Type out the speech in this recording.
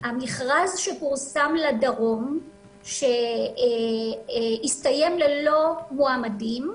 המכרז שפורסם לדרום הסתיים ללא מועמדים,